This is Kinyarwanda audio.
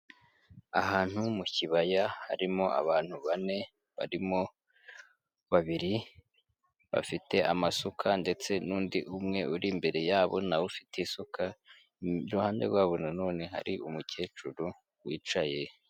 Ahantu mu kibaya harimo abantu bane, barimo babiri bafite amasuka ndetse n'undi umwe uri imbere yabo na we ufite isuka, iruhande rwabo nanone hari umukecuru wicaye.